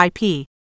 IP